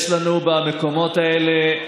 יש לנו במקומות האלה,